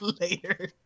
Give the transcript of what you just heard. Later